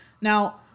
Now